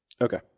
Okay